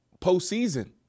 postseason